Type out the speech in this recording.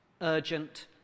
urgent